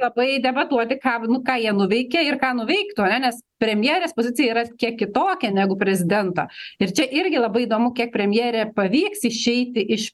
labai debatuoti ką nu ką jie nuveikė ir ką nuveiktų ane nes premjerės pozicija yra kiek kitokia negu prezidento ir čia irgi labai įdomu kiek premjerė pavyks išeiti iš